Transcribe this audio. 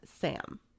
sam